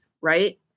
Right